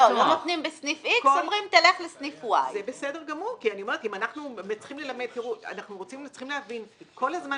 לא נותנים בסניף X ואומרים לו: תלך לסניף Y. תבינו שכל הזמן